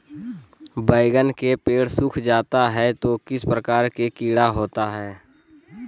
बैगन के पेड़ सूख जाता है तो किस प्रकार के कीड़ा होता है?